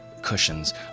cushions